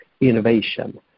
innovation